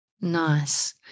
Nice